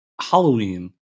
Halloween